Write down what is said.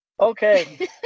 Okay